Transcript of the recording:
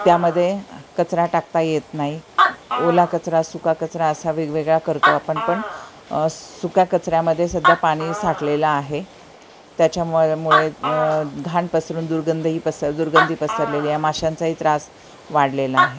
त्यामध्ये कचरा टाकता येत नाही ओला कचरा सुका कचरा असा वेगवेगळा करतो आपण पण सुक्या कचऱ्यामध्ये सध्या पाणी साठलेला आहे त्याच्यामुळ मुळे घाण पसरून दुर्गंध ही पस दुर्गंंधी पसरलेली आहे माशांचाही त्रास वाढलेला आहे